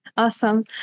Awesome